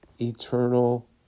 eternal